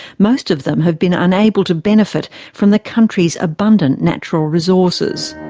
most of them have been unable to benefit from the country's abundant natural resources.